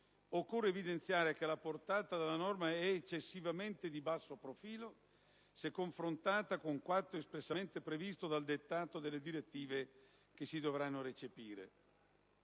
occorre evidenziare che la portata della norma è eccessivamente di basso profilo, se confrontata con quanto espressamente previsto dal dettato delle direttive che si dovranno recepire.